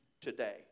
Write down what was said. today